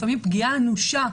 לפעמים גם פגיעה אנושה,